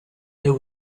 there